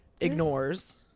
ignores